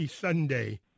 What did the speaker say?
Sunday